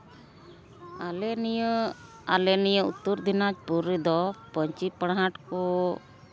ᱟᱞᱮ ᱱᱤᱭᱟᱹ ᱟᱞᱮ ᱱᱤᱭᱟᱹ ᱩᱛᱛᱚᱨ ᱫᱤᱱᱟᱡᱽᱯᱩᱨ ᱨᱮᱫᱚ ᱯᱟᱹᱧᱪᱤ ᱯᱟᱨᱦᱟᱲ ᱠᱚ